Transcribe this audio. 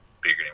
bigger